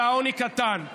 והעוני קטן,